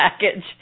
package